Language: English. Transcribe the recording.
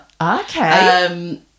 okay